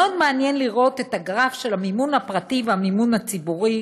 מאוד מעניין לראות את הגרף של המימון הפרטי והמימון הציבורי.